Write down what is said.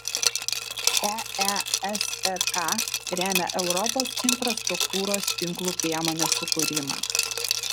eesrk remia europos infrastruktūros tinklų priemonės sukūrimą